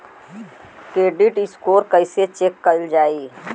Credit score कइसे check करल जायी?